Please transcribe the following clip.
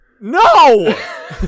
No